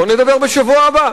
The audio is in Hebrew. בוא נדבר בשבוע הבא.